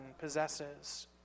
possesses